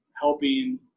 helping